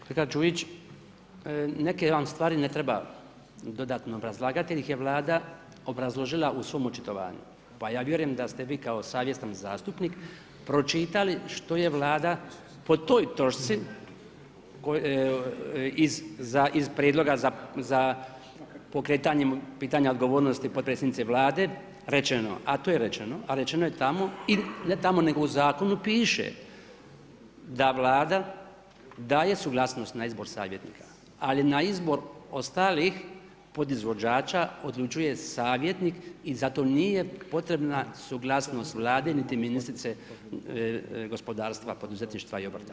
Kolega Đujić, neke vam stvari ne treba dodatno obrazlagati jer ih je Vlada obrazložila u svom očitovanju pa ja vjerujem da ste vi kao savjestan zastupnik pročitali što je Vlada po toj točci iz prijedloga za pokretanjem pitanja odgovornosti potpredsjednice Vlade rečeno, a rečeno je tamo i ne tamo, nego u zakonu piše da Vlada daje suglasnost na izbor savjetnika ali na izbor ostalih podizvođača odlučuje savjetnik i zato nije potrebna suglasnost Vlade niti ministrice gospodarstva, poduzetništva i obrta.